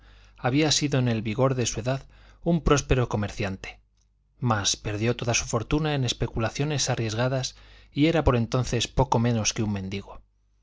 había sido en el vigor de su edad un próspero comerciante mas perdió toda su fortuna en especulaciones arriesgadas y era por entonces poco menos que un mendigo